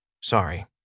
Sorry